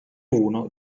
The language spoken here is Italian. uno